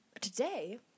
today